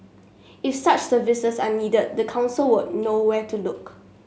if such services are needed the council would know where to look